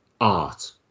art